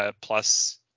plus